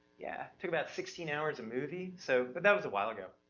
yeah. took about sixteen hours a movie, so, but that was a while ago.